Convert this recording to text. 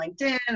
linkedin